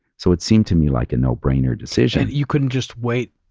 so it seemed to me like a no brainer decision. you couldn't just wait.